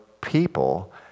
people